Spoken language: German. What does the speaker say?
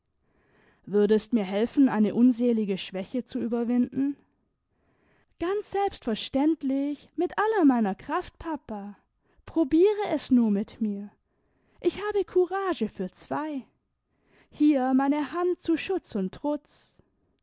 würdest mir helfen eine unselige schwäche zu überwinden ganz selbstverständlich mit aller meiner kraft papa probiere es nur mit mir ich habe courage für zwei hier meine hand zu schutz und trutz